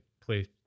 play